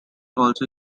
also